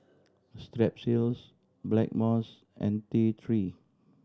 Strepsils Blackmores and T Three